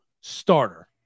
starter